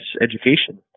education